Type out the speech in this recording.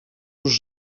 już